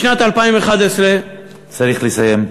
בשנת 2011, צריך לסיים.